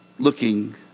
looking